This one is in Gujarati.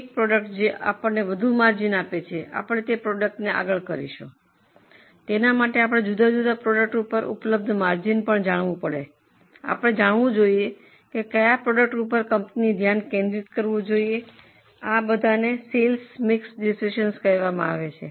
એક પ્રોડક્ટ જે અમને વધુ માર્જિન આપે છે અમે તે પ્રોડક્ટને આગળ કરીશું તેના માટે આપણે જુદા જુદા પ્રોડક્ટ ઉપર ઉપલબ્ધ માર્જિન જાણવું જોઈએ આપણે જાણવું જોઈએ કે કયા પ્રોડક્ટ પર કંપનીએ ધ્યાન કેન્દ્રિત કરવું જોઈએ આ બધાને સેલ્સ મિક્સના ડિસિઝનસ કહેવામાં આવે છે